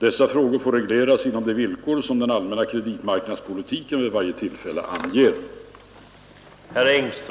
Dessa frågor får regleras inom de villkor som den allmänna kreditmarknadspolitiken vid varje tillfälle anger.